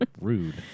rude